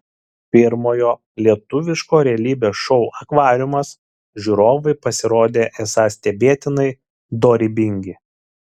pirmojo lietuviško realybės šou akvariumas žiūrovai pasirodė esą stebėtinai dorybingi